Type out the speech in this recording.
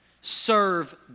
Serve